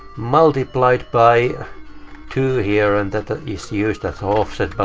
multiplied by two here, and that that is used as offset.